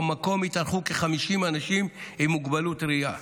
ובמקום התארחו כ-50 אנשים עם מוגבלות ראייה.